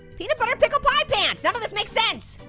peanut butter pickle pie pants. none of this makes sense.